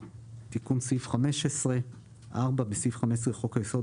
"תיקון סעיף 154. בסעיף 15 לחוק היסוד,